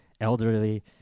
elderly